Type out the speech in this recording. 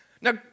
Now